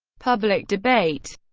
public debate